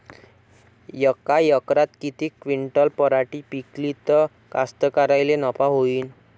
यका एकरात किती क्विंटल पराटी पिकली त कास्तकाराइले नफा होईन?